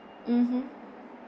mmhmm